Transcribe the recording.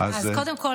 קודם כול,